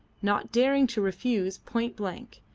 not daring to refuse point blank,